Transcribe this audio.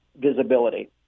visibility